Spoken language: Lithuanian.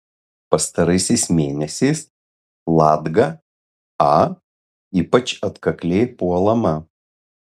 pastaraisiais mėnesiais latga a ypač atkakliai puolama